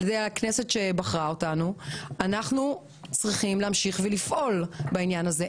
ידי הכנסת שבחרה אותנו - אנחנו צריכים להמשיך ולפעול בעניין הזה.